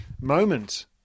moment